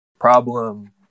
Problem